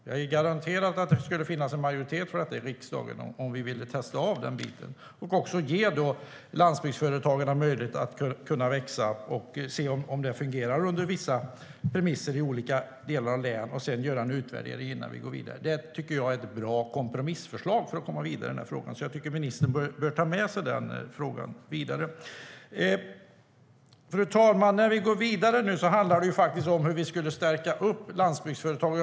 Jag garanterar att det skulle finnas en majoritet för detta i riksdagen om vi vill testa och därigenom ge landsbygdsföretagarna möjlighet att kunna växa. Då skulle vi se hur det fungerar på vissa premisser i olika delar och län och sedan kunna göra en utvärdering innan vi går vidare. Fru talman! Det handlade också om hur vi ska stärka landsbygdsföretagen.